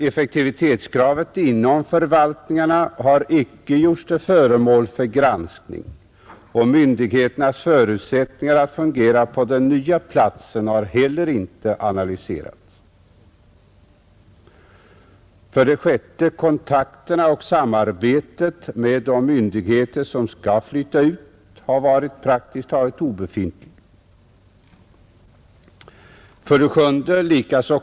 Effektivitetskravet inom förvaltningarna har icke gjorts till föremål för granskning och myndigheternas förutsättningar att fungera på den nya platsen har heller inte analyserats. 6. Kontakterna och samarbetet med de myndigheter som skall flytta ut har varit praktiskt taget obefintliga. 7.